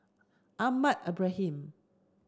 Ahmad Ibrahim